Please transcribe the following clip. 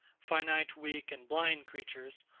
finite, weak, and blind creatures,